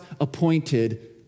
appointed